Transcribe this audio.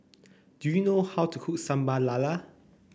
do you know how to cook Sambal Lala